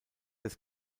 des